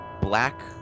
black